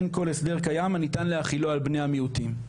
אין כל הסדר קיים הניתן להחילו על בני המיעוטים".